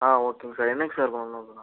ஆ ஓகேங்க சார் என்னைக்கு சார் பண்ணனும் இதெல்லாம்